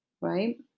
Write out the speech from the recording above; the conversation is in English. right